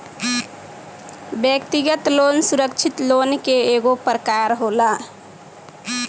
व्यक्तिगत लोन सुरक्षित लोन के एगो प्रकार होला